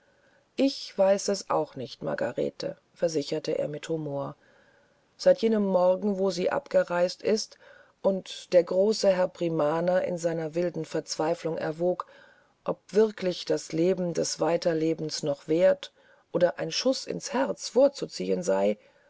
ich weiß es auch nicht margarete versicherte er mit humor seit jenem morgen wo sie abgereist ist und der große herr primaner in seiner wilden verzweiflung erwog ob wirklich das leben des weiterlebens noch wert oder ein schuß ins herz vorzuziehen sei